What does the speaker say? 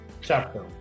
chapter